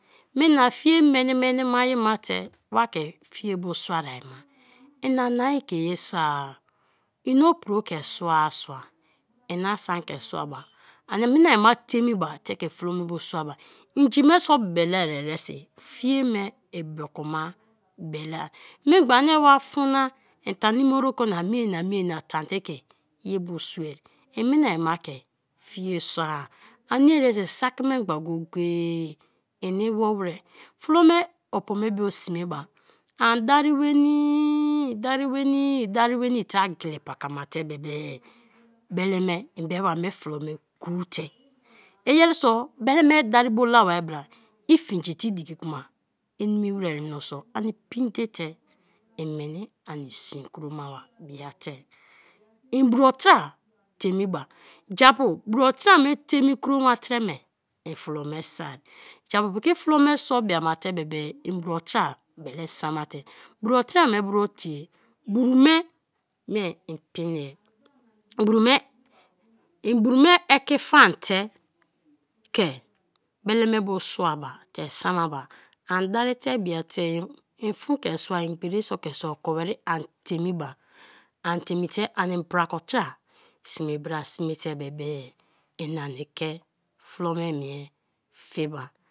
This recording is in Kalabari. Mena fie mini-minimate wa ke fie bo suar ma, iania ke ye soar, ien opro ke sua sua sua, en asan ke sua ba minai ma teime ba ta ke flo me bu suaba; inji me so belea eresi, fiea me bio ku ma belea; memgba ani wa fon na, ntemi worokona, mena, mena tan te ke ye bu sue; i minai ma ka fie soa, ani eresi saki memgba go- go-e ini wo war flo me opoo me bio sme ba, ani dari nwenii, darinwenii, dari nwenii te agla paka ma te bebe, bele me ibe ba me flolo me kuu te, iyeriso bele me dari bo la ba bra ifingite i diki kma inimi wer minso pee dee te, en meni ani sin kromaba, biate; in buruotra teime ba; japu buruotra me teime kroma treme, en flo me so, japu piki flo me so biama te be be; ien buruotera bele se ma te; buruotra bro tie, burume, me ipinie i bru me eki faam te ke bele me bo suaba te se ma ba, an darite biate; en fon ke soar, ipheri so ke soar, oko weri an teime ba, a teime te ani mbraka-otra sme bra sme te be be a ani ke flo me mie fiba.